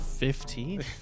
Fifteen